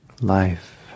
life